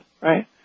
right